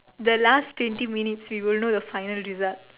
the last twenty minutes we will know the final results